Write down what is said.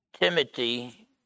Timothy